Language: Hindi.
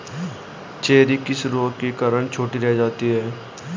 चेरी किस रोग के कारण छोटी रह जाती है?